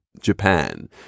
japan